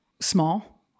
small